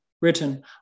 written